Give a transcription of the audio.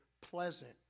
pleasant